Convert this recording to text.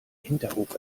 hinterhof